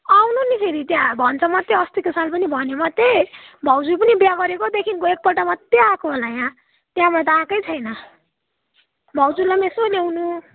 आउनु नि फेरि त्यहाँ भन्छ मात्रै अस्तिको साल पनि भन्यो मात्रै भाउजू पनि बिहा गरेको देखि एकपल्ट मात्र आएको होला यहाँ त्यहाँबाट त आएकै छैन भाउजूलाई पनि यसो ल्याउनु